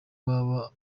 waba